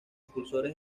impulsores